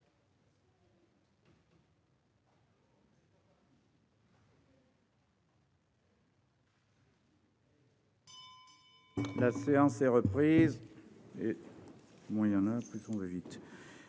La séance est reprise